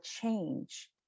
change